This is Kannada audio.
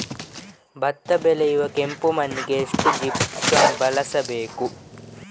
ಭತ್ತ ಬೆಳೆಯುವ ಕೆಂಪು ಮಣ್ಣಿಗೆ ಎಷ್ಟು ಜಿಪ್ಸಮ್ ಬಳಸಬೇಕು?